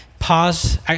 Pause